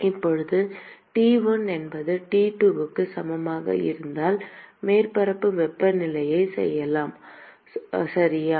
இப்போது T1 என்பது T2க்கு சமமாக இருந்தால் மேற்பரப்பு வெப்பநிலையைச் சொல்லலாம் சரியா